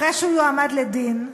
אחרי שהוא יועמד לדין,